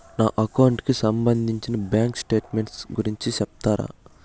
నా అకౌంట్ కి సంబంధించి బ్యాంకు స్టేట్మెంట్ గురించి సెప్తారా